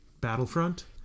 Battlefront